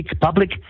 public